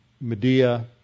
Medea